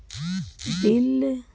bill